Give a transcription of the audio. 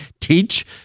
teach